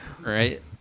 Right